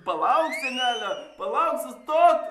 palauk senele palauk sustok